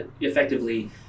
effectively